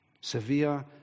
severe